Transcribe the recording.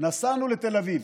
נסענו לתל אביב.